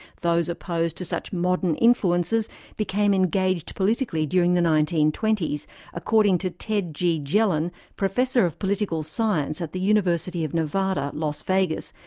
those opposed to such modern influences became engaged politically during the nineteen twenty s according to ted g. jelen, professor of political science at the university of nevada, las vegas,